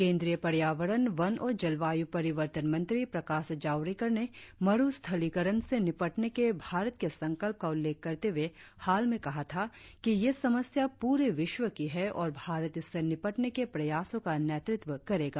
केंद्रीय पर्यावरण वन और जलवायु परिवर्तन मंत्री प्रकाश जावड़ेकर ने मरुस्थलीकरण से निपटने के भारत के संकल्प का उल्लेख करते हुए हाल में कहा था कि यह समस्या पूरे विश्व की है और भारत इससे निपटने के प्रयासों का नेतृत्व करेगा